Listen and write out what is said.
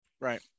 right